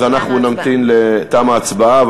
תמה ההצבעה.